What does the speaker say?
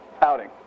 outing